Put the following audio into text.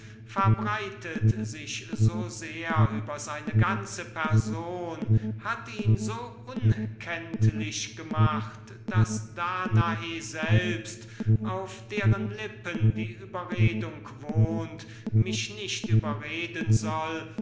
verbreitet sich so sehr über seine ganze person hat ihn so unkenntlich gemacht daß danae selbst auf deren lippen die überredung wohnt mich nicht überreden soll